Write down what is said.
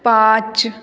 पाँच